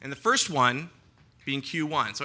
and the first one being q one so